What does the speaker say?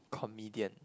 comedian